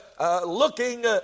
looking